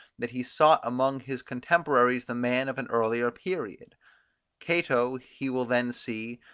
that he sought among his cotemporaries the man of an earlier period cato, he will then see,